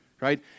right